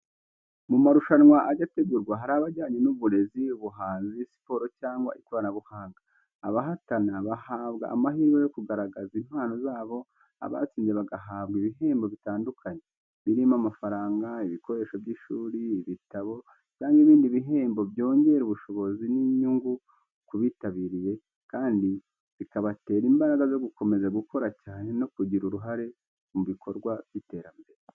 Mu marushwanwa ajya ategurwa hari aba ajyanye n'uburezi, ubuhanzi, siporo cyangwa ikoranabuhanga. Abahatana bahabwa amahirwe yo kugaragaza impano zabo, abatsinze bagahabwa ibihembo bitandukanye, birimo amafaranga, ibikoresho by'ishuri, ibitabo, cyangwa ibindi bihembo byongera ubushobozi n'inyungu ku bitabiriye, kandi bikabatera imbaraga zo gukomeza gukora cyane no kugira uruhare mu bikorwa by'iterambere.